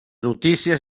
notícies